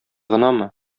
гынамы